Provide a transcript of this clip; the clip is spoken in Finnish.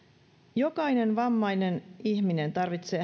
jokainen vammainen ihminen tarvitsee